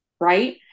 right